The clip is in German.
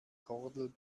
kordel